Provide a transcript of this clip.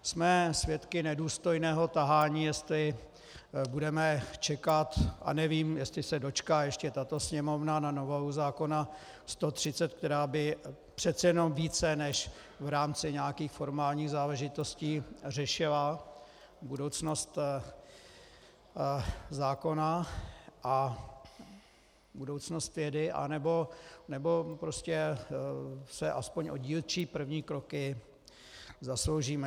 Jsme svědky nedůstojného tahání, jestli budeme čekat, a nevím, jestli se dočká ještě tato Sněmovna novely zákona 130, která by přece jenom více než v rámci nějakých formálních záležitostí řešila budoucnost zákona a budoucnost vědy, anebo prostě se aspoň o dílčí první kroky zasloužíme.